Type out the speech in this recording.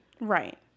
Right